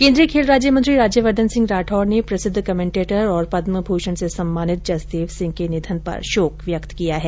केन्द्रीय खेल राज्य मंत्री राज्यवर्द्वन सिंह राठौड ने प्रसिद्ध कमेंटेटर और पद्म भूषण से सम्मानित जसदेव सिंह के निधन पर शोक व्यक्त किया है